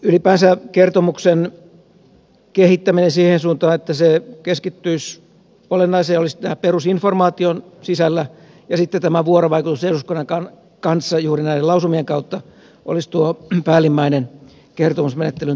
ylipäänsä kertomuksen kehittäminen siihen suuntaan että se keskittyisi olennaiseen olisi perusinformaation sisällä ja sitten vuorovaikutus eduskunnan kanssa juuri lausumien kautta olisivat päällimmäinen kertomusmenettelyn tarkoitus